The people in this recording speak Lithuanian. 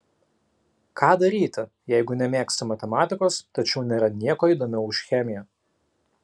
ką daryti jeigu nemėgsti matematikos tačiau nėra nieko įdomiau už chemiją